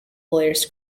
players